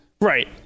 Right